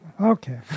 Okay